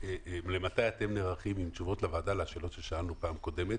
למתי אתם נערכים עם תשובות לשאלות ששאלנו בפעם הקודמת